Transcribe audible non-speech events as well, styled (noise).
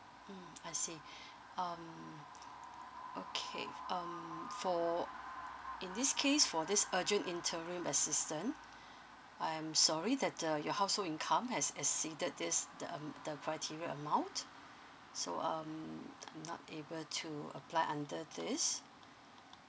mm I see (breath) um okay um for in this case for this urgent interim assistance I'm sorry that uh your household income has exceeded this the am~ the criteria amount so um you not able to apply under this